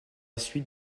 suite